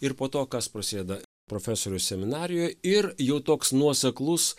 ir po to kas prasideda profesorius seminarijoj ir jau toks nuoseklus